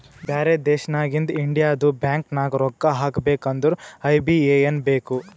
ಬ್ಯಾರೆ ದೇಶನಾಗಿಂದ್ ಇಂಡಿಯದು ಬ್ಯಾಂಕ್ ನಾಗ್ ರೊಕ್ಕಾ ಹಾಕಬೇಕ್ ಅಂದುರ್ ಐ.ಬಿ.ಎ.ಎನ್ ಬೇಕ್